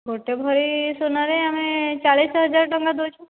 ଗୋଟେ ଭରି ସୁନାରେ ଆମେ ଚାଳିଶ ହଜାର ଟଙ୍କା ଦେଉଛୁ